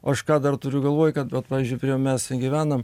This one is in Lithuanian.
o aš ką dar turiu galvoj kad vat pavyzdžiui prie mes ten gyvenam